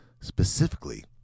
Specifically